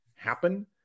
happen